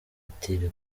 ati